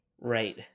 right